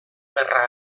gerra